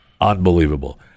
Unbelievable